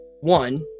One